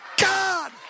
God